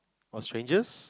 or strangers